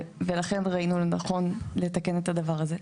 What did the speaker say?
ולכן ראינו לנכון לתקן את הדבר הזה.